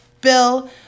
Bill